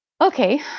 Okay